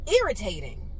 irritating